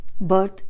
birth